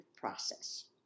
process